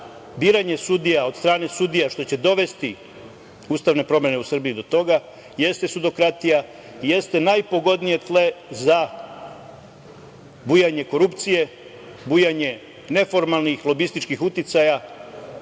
biranje sudija od strane sudija što će dovesti ustavne promene u Srbiji do toga, jeste sudokratija, jeste najpogodnije tle za bujanje korupcije, bujanje neformalnih lobističkih uticaja,